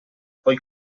poi